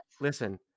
listen